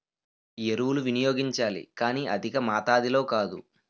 ఎరువులు వినియోగించాలి కానీ అధికమాతాధిలో కాదు